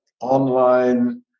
online